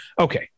okay